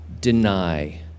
deny